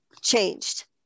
changed